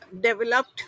developed